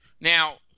Now